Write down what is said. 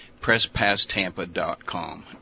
PressPassTampa.com